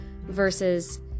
versus